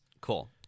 Cool